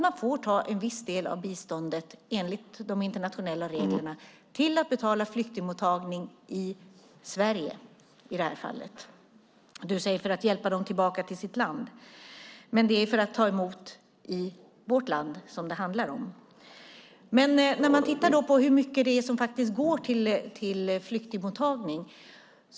Man får ju ta en viss del av biståndet enligt de internationella reglerna till att betala flyktingmottagning i Sverige, i det här fallet. Du säger att det är för att hjälpa dem tillbaka till sitt land. Men det handlar om att ta emot i vårt land. Man kan då titta på hur mycket som faktiskt går till flyktingmottagning.